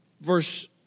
verse